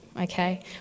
okay